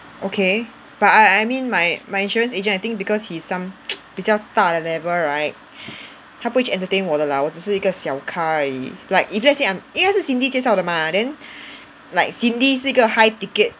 okay but I I mean my my insurance agent I think because he's some 比较大的 level right 他不会去 entertain 我的 lah 我只是个小咖而已 like if let's say I'm 应该是 Cindy 介绍的 mah then like Cindy 是一个 high ticket